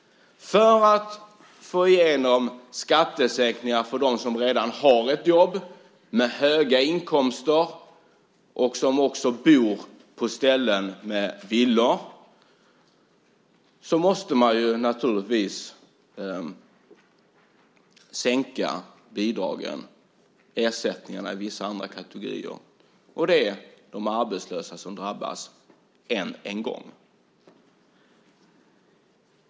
För att få igenom skattesänkningar för dem som redan har jobb, har höga inkomster och bor på ställen med villor måste man naturligtvis sänka bidragen och ersättningarna i vissa andra kategorier. Det är de arbetslösa som drabbas än en gång.